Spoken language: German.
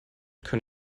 kann